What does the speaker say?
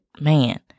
man